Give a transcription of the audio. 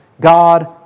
God